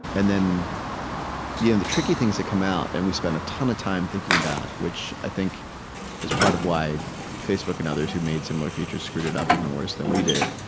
and then the and the tricky things that come out and we spent a ton of time thinking about, which i think this is part of why facebook and others who made similar features screwed it up even worse than we did,